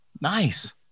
Nice